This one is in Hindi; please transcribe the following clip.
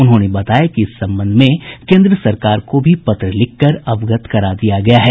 उन्होंने बताया कि इस संबंध में केन्द्र सरकार को भी पत्र लिखकर अवगत करा दिया गया है